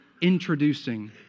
introducing